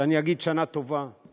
שאני אגיד שנה טובה: